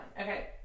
Okay